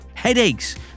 headaches